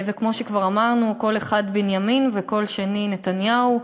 וכמו שכבר אמרנו: קול אחד בנימין וקול שני נתניהו.